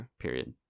Period